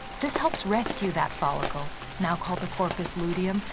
this helps rescue that follicle, now called the corpus luteum,